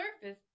surface